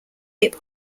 hip